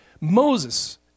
Moses